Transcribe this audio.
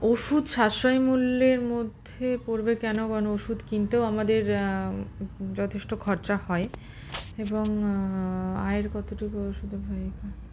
ওষুধ সাশ্রয় মূল্যের মধ্যে পড়বে কেন কারণ ওষুধ কিনতেও আমাদের যথেষ্ট খরচা হয় এবং আয়ের কতটুকু ওষুধে ব্যয় করতে